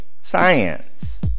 science